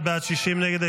51 בעד, 60 נגד.